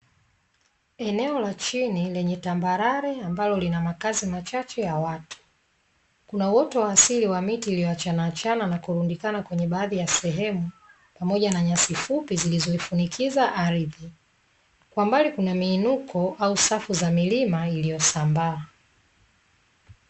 Eneo la chini lenye tambalale ambalo lina makazi machache ya watu, Kuna uwoto wa asili wa miti iliyo achana achana nakurundikana kwenye baadhi ya sehemu pamoja na nyasi fupi zilizo ifunikiza ardhi, Kwa mbali kuna miinuko au safu za milima iliyosambaa.